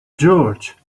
george